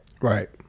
right